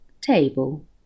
table